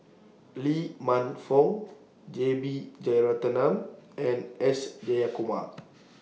Lee Man Fong J B Jeyaretnam and S Jayakumar